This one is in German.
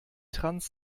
trans